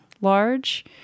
large